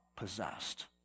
possessed